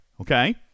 Okay